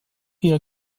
ihrer